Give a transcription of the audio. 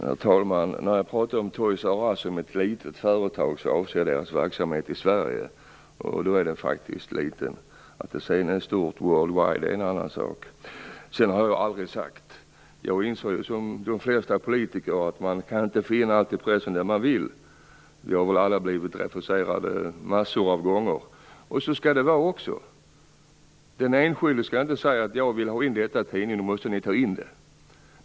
Herr talman! När jag talar om Toys R Us som ett litet företag avser jag dess verksamhet i Sverige, och då är det faktiskt ett litet företag. Att det sedan är worldwide är en annan sak. Jag inser som de flesta politiker att man inte kan få in allt i pressen när man vill. Vi har väl alla blivit refuserade några gånger. Så skall det också vara. Den enskilde skall inte kunna säga: "Jag vill ha detta i tidningen, alltså måste det tas in."